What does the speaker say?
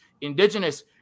indigenous